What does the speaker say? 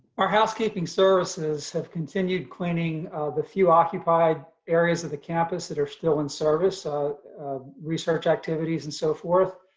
our housekeeping services have continued cleaning the few occupied areas of the campus that are still in service, so research activities and so forth.